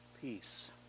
peace